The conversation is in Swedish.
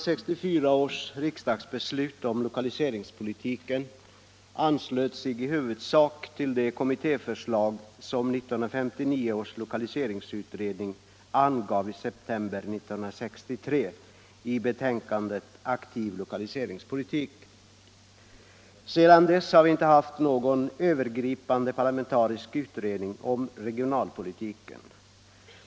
Sedan dess har vi inte haft någon övergripande parlamentarisk utredning om regionalpolitiken.